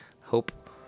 Hope